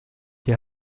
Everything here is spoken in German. die